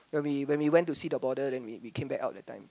when we when we went to see the border then we we came back out that time